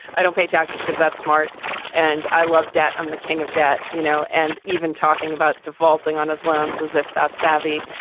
i don't pay taxes because that's smart and i love debt. i'm the king of debt, you know, and even talking about defaulting on his loans is if that savvy,